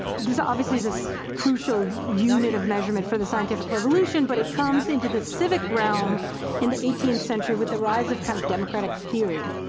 this obviously is a crucial unit of measurement for the scientific revolution, but it comes into the civic realm in the eighteenth century with the rise of kind of democratic theory.